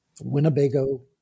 Winnebago